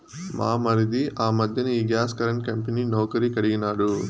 మా మరిది ఆ మధ్దెన ఈ గ్యాస్ కరెంటు కంపెనీ నౌకరీ కడిగినాడు